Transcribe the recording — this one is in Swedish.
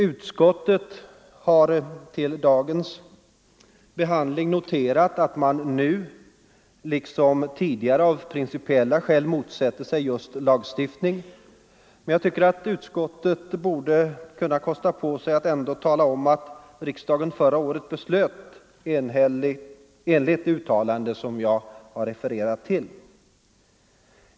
Utskottet har till dagens behandling noterat att man nu liksom tidigare av principiella skäl motsätter sig just lagstiftning, men jag tycker att utskottet borde kunna kosta på sig att ändå tala om att riksdagen förra året beslöt enligt det uttalande jag har refererat till.